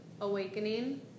Awakening